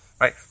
right